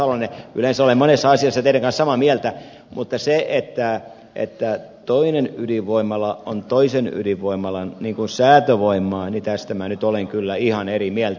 salolainen yleensä olen monessa asiassa teidän kanssanne samaa mieltä mutta siitä että toinen ydinvoimala on toisen ydinvoimalan säätövoimaa minä nyt olen kyllä ihan eri mieltä